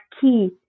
key